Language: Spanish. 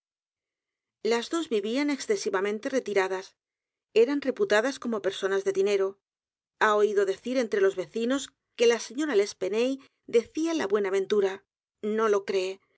las dos vivían excesivamente retiradas eran reedgar poe novelas y cuentos putadas como personas de dinero ha oído decir entre los vecinos que la señora l'espanaye decía la buena ventura no lo cree